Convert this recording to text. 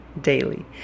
Daily